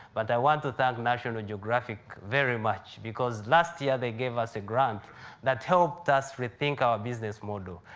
but i want to thank national and geographic very much, because last year they gave us a grant that helped us rethink our business model.